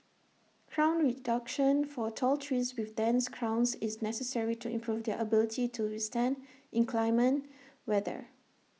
crown reduction for tall trees with dense crowns is necessary to improve their ability to withstand inclement weather